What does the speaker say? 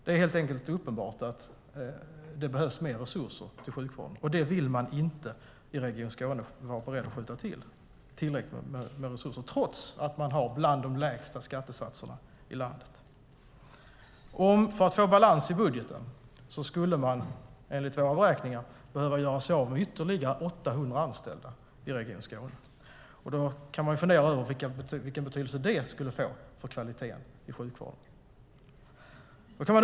Det är uppenbart att det behövs mer resurser till sjukvården, och det är man inte i Region Skåne beredd att skjuta till, trots att man har bland de lägsta skattesatserna i landet. För att få balans i budgeten skulle man, enligt våra beräkningar, behöva göra sig av med ytterligare 800 anställda i Region Skåne. Då kan man fundera över vilken betydelse det skulle få för kvaliteten i sjukvården.